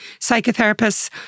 psychotherapists